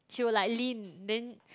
she will like Lynn then